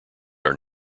are